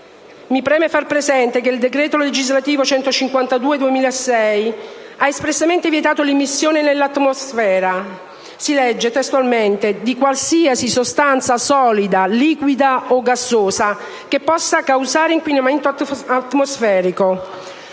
Mi preme far presente che il decreto legislativo n. 152 del 2006 ha espressamente vietato l'immissione nell'atmosfera - si legge testualmente - di «qualsiasi sostanza solida, liquida o gassosa (...) che possa causare inquinamento atmosferico»,